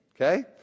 Okay